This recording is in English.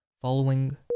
Following